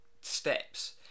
steps